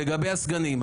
מה לעשות שאתם הכי קטנים?